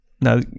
No